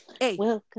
Welcome